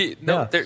No